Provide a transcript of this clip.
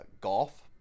golf